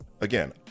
Again